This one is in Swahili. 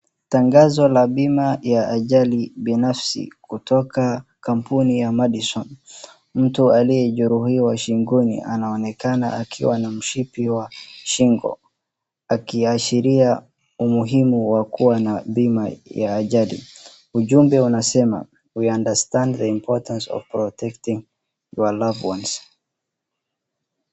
Tangazo ya bima ya ajali binafsi kutoka kampuni ya Madison .Mtu aliyo jeruhiwa shingoni anaonekana akiwa na mshipi wa shingo akiashiria umuhimu wa kuwa na bima ya ajali ujumbe unasema we understand the importance of protecting your loved ones .